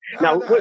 now